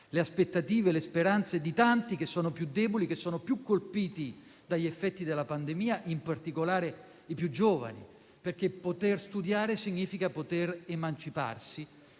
le aspettative e le speranze di tanti che sono più deboli e più colpiti dagli effetti della pandemia, in particolare i più giovani, perché poter studiare significa potersi emancipare.